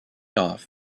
off